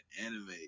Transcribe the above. anime